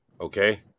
okay